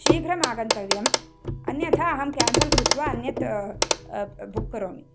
शीघ्रम् आगन्तव्यम् अन्यथा अहं केन्सल् कृत्वा अन्यत् बुक् करोमि